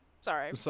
Sorry